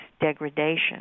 degradation